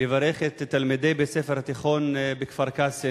לברך את תלמידי בית-ספר התיכון מכפר-קאסם